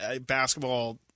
basketball